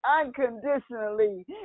unconditionally